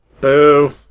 Boo